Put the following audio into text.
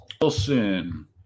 Wilson